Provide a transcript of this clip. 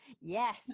yes